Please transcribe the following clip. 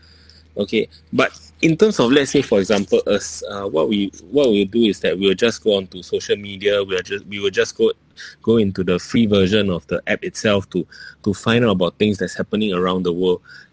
okay but in terms of let's say for example us uh what we what we'll do is that we will just go onto social media we are just we will just go go into the free version of the app itself to to find out about things that's happening around the world